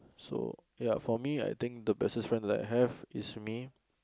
so ya for me I think the bestest friend that I have is me